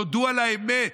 תודו על האמת.